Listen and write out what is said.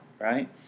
right